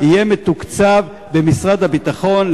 יהיה מתוקצב במשרד הביטחון,